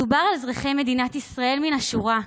מדובר על אזרחי מדינת ישראל מן השורה,